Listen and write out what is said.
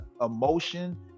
emotion